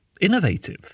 innovative